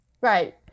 Right